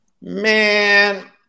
Man